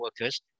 workers